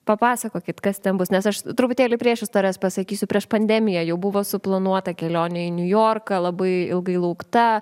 papasakokit kas ten bus nes aš truputėlį priešistorės pasakysiu prieš pandemiją jau buvo suplanuota kelionė į niujorką labai ilgai laukta